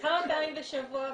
כמה פעמים בשבוע,